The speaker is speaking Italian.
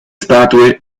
statue